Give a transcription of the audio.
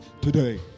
today